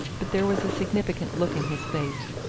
but there was a significant look in his face.